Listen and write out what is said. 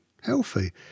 healthy